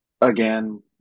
Again